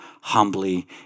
humbly